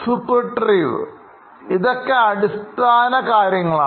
Suprativ ഇതൊക്കെ അടിസ്ഥാന കാര്യങ്ങളാണ്